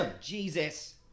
Jesus